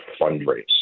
fundraise